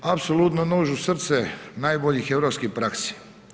Apsolutno nož u srce najboljih europskih praksi.